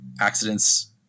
accidents